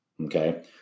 Okay